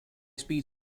speed